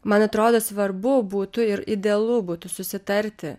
man atrodo svarbu būtų ir idealu būtų susitarti